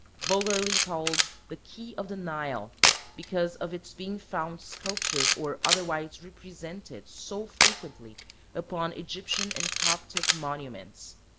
vulgarly called the key of the nile because of its being found sculptured or otherwise represented so frequently upon egyptian and coptic monuments.